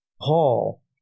Paul